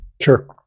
Sure